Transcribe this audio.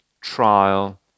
trial